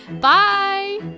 Bye